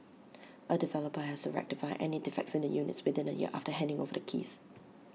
A developer has to rectify any defects in the units within A year after handing over the keys